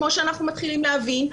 כמו שאנחנו מתחילים להבין,